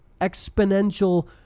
exponential